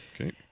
Okay